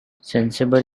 sensible